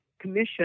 Commission